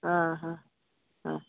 হ্যাঁ হ্যাঁ হ্যাঁ